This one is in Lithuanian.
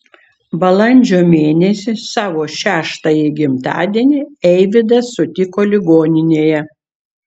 balandžio mėnesį savo šeštąjį gimtadienį eivydas sutiko ligoninėje